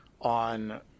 on